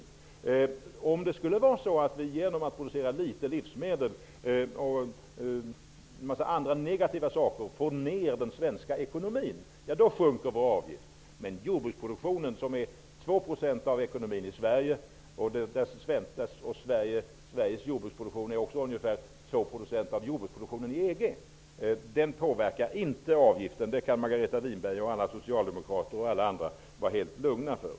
Avgiften sjunker om den svenska ekonomin skulle bli sämre, t.ex. på grund av att vi producerar för litet livsmedel eller om någonting annat negativt inträffar. Jordbruksproduktionen utgör 2 % av ekonomin i Sverige -- Sveriges jordbruksproduktion utgör ungefär 2 % av jordbruksproduktionen i EG. Den påverkar inte avgiften. Det kan Margareta Winberg, Socialdemokraterna och alla andra vara helt lungna för.